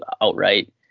outright